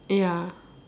ya